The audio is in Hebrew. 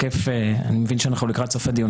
אני מבין שאנחנו לקראת סוף הדיון,